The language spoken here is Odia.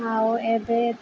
ଆଉ ଏବେ